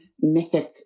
mythic